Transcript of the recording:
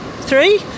three